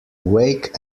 wake